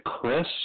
Chris